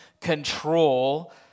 control